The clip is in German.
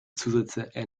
zusätze